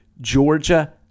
Georgia